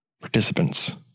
participants